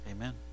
Amen